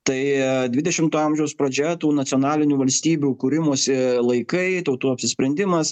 tai dvidešimto amžiaus pradžia tų nacionalinių valstybių kūrimosi laikai tautų apsisprendimas